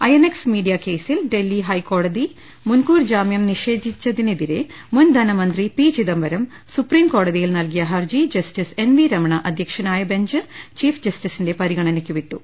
I N X media കേസിൽ ഡൽഹി ഹൈക്കോ ടതി മുൻകൂർ ജാമ്യം നിഷേധിച്ചതിനെതിരെ മുൻധനമന്ത്രി പി ചിദം ബരം സുപ്രീംകോടതിയിൽ നല്കിയ ഹർജി ജസ്റ്റിസ് എൻ വി രമണ അധ്യക്ഷനായ ബെഞ്ച് ചീഫ് ജസ്റ്റിസിന്റെ പരിഗണനക്കു വിട്ടു